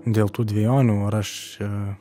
dėl tų dvejonių ar aš čia